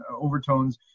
overtones